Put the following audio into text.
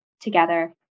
together